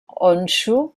honshu